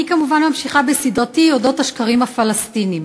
אני כמובן ממשיכה בסדרתי על אודות השקרים הפלסטיניים.